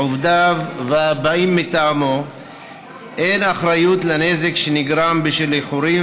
עובדיו והבאים מטעמו אין אחריות לנזק שנגרם בשל איחורים